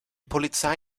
polizei